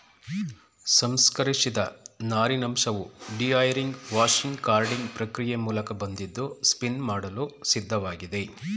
ಸಂಸ್ಕರಿಸಿದ ನಾರಿನಂಶವು dehairing washing carding ಪ್ರಕ್ರಿಯೆ ಮೂಲಕ ಬಂದಿದ್ದು ಸ್ಪಿನ್ ಮಾಡಲು ಸಿದ್ಧವಾಗಿದೆ